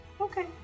Okay